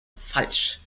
falsch